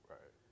Right